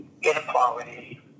inequality